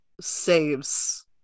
saves